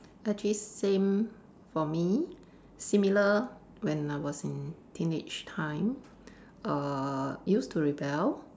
actually same for me similar when I was in teenage time err used to rebel